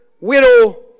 widow